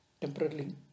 temporarily